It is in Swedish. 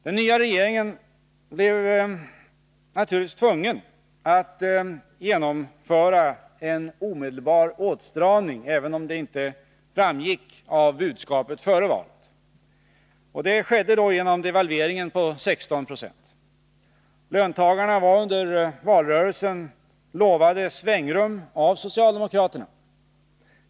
Den nya regeringen blev naturligtvis tvungen att genomföra en omedelbar åtstramning, även om det inte framgick av budskapet före valet. Det skedde genom devalveringen på 16 20. Under valrörelsen lovades löntagarna svängrum av socialdemokraterna.